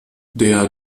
der